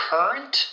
Current